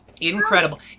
Incredible